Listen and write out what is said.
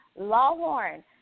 Lawhorn